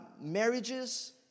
marriages